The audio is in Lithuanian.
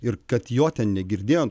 ir kad jo ten negirdėjom